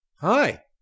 Hi